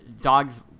Dogs